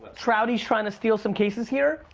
trouty's trying to steal some cases here.